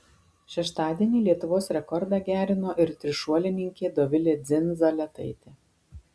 šeštadienį lietuvos rekordą gerino ir trišuolininkė dovilė dzindzaletaitė